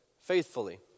faithfully